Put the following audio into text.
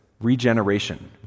regeneration